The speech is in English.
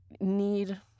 need